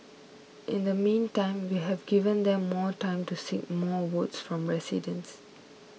in the meantime we have given them more time to seek more votes from residents